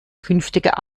künftiger